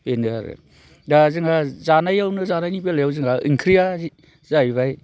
बेनो आरो दा जोंहा जानायावनो जानायनि बेलायाव जोंहा ओंख्रिया जाहैबाय